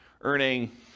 earning